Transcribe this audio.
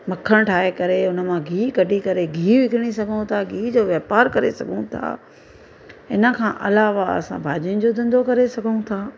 मखण ठाहे करे उनमां गिह कढी करे गिह विकिणी सघूं था गिह जो वापार करे सघूं था इनखां अलावा असां भाॼियुनि जो धंधो करे सघूं था